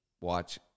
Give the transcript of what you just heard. watch